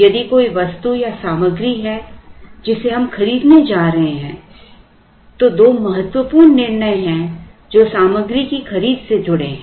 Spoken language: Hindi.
यदि कोई वस्तु या सामग्री है जिसे हम खरीदने जा रहे हैं तो दो महत्वपूर्ण निर्णय हैं जो सामग्री की खरीद से जुड़े हैं